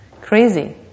crazy